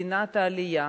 מדינת העלייה,